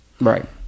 Right